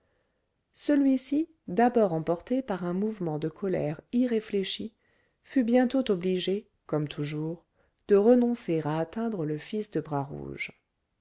celui-ci d'abord emporté par un mouvement de colère irréfléchi fut bientôt obligé comme toujours de renoncer à atteindre le fils de